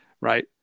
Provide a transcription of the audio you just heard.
right